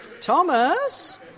Thomas